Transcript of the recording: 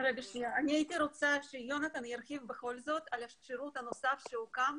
הייתי רוצה שיונתן ירחיב על השירות הנוסף שהוקם,